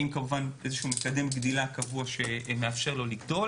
עם כמובן מגדל גדילה קבוע שמאפשר לו לגדול